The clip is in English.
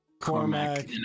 Cormac